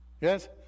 Yes